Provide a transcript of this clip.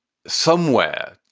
somewhere,